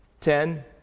Ten